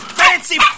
fancy